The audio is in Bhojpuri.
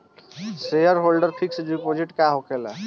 सेयरहोल्डर फिक्स डिपाँजिट का होखे ला?